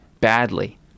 badly